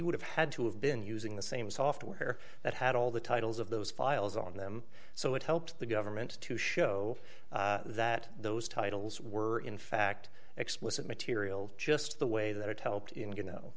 would have had to have been using the same software that had all the titles of those files on them so it helped the government to show that those titles were in fact explicit material just the way that it helped